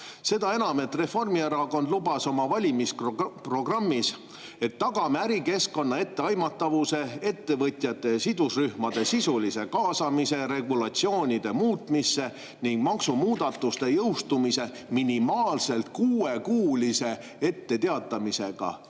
Seda enam, et Reformierakond lubas oma valimisprogrammis, et tagame ärikeskkonna etteaimatavuse, ettevõtjate sidusrühmade sisulise kaasamise regulatsioonide muutmisse ning maksumuudatuste jõustumise minimaalselt kuuekuulise etteteatamisega.